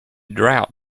drought